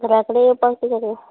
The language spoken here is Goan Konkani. घरा कडेन येवपाक तुका तें